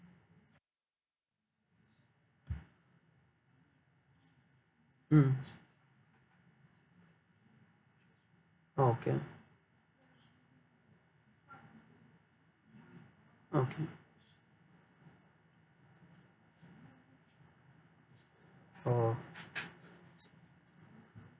mm okay okay oh